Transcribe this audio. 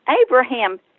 Abraham